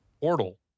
portal